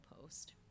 post